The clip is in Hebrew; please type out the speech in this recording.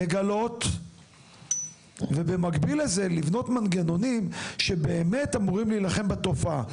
לגלות ובמקביל לזה לבנות מנגנונים שבאמת אמורים להילחם בתופעה.